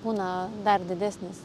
būna dar didesnis